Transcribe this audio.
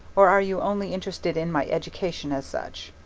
or are you only interested in my education as such?